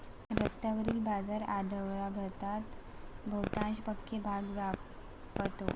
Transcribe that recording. रस्त्यावरील बाजार आठवडाभरात बहुतांश पक्के भाग व्यापतो